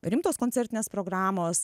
rimtos koncertinės programos